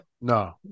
No